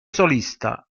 solista